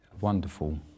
wonderful